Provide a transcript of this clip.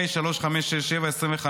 פ/3567/25,